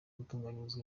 gutunganyirizwa